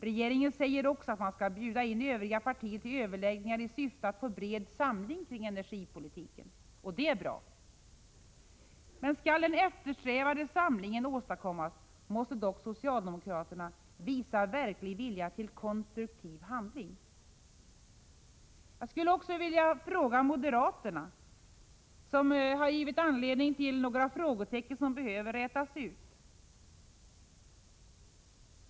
Regeringen säger också att man skall bjuda in övriga partier till överläggningar i syfte att få bred samling kring energipolitiken. Det är bra. Men skall den eftersträvade samlingen åstadkommas, måste socialdemokraterna visa verklig vilja till ”konstruktiv handling”. Jag skulle också vilja ställa en fråga till moderaterna. De har givit anledning till några frågetecken som behöver rätas ut.